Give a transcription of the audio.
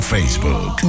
Facebook